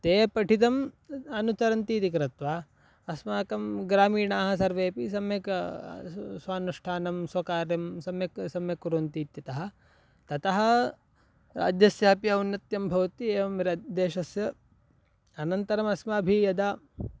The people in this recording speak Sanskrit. ते पठितम् अनुसरन्ति इति कृत्वा अस्माकं ग्रामीणाः सर्वेपि सम्यक् स्वानुष्ठानं स्वकार्यं सम्यक् सम्यक् कुर्वन्ति इत्यतः ततः राज्यस्यापि औन्नत्यं भवति एवं देशस्य अनन्तरम् अस्माभिः यदा